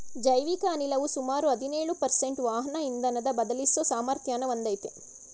ಜೈವಿಕ ಅನಿಲವು ಸುಮಾರು ಹದಿನೇಳು ಪರ್ಸೆಂಟು ವಾಹನ ಇಂಧನನ ಬದಲಿಸೋ ಸಾಮರ್ಥ್ಯನ ಹೊಂದಯ್ತೆ